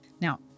Now